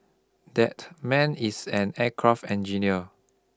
that man is an aircraft engineer